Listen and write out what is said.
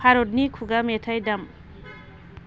भारतनि खुगा मेथाय दाम